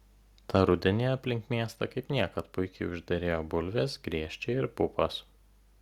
tą rudenį aplink miestą kaip niekad puikiai užderėjo bulvės griežčiai ir pupos